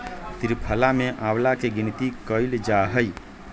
त्रिफला में आंवला के गिनती कइल जाहई